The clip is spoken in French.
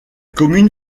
commune